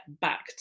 back